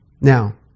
Now